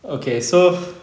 okay so